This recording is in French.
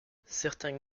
certains